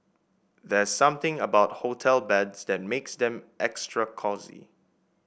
there's something about hotel beds that makes them extra cosy